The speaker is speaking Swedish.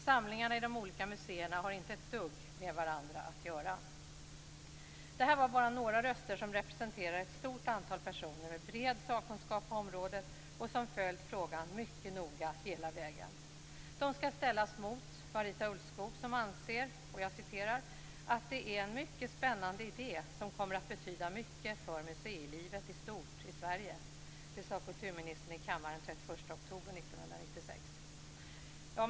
Samlingarna i de olika museerna har inte ett dugg med varandra att göra. Det här var bara några röster som representerar ett stort antal personer med bred sakkunskap på området och som följt frågan mycket noga hela vägen. De skall ställas mot Marita Ulvskog som anser "att det är en mycket spännande idé som kommer att betyda mycket för museilivet i stort i Sverige". Det sade kulturministern i kammaren den 31 oktober 1996.